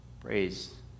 Praise